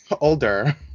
older